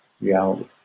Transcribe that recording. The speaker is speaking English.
reality